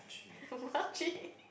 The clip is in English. muachee